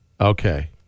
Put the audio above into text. Okay